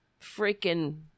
freaking